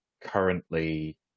currently